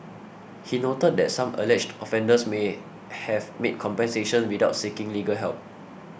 he noted that some alleged offenders may have made compensation without seeking legal help